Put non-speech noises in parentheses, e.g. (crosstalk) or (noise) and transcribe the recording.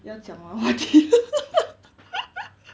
要讲 lor (laughs)